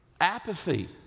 Apathy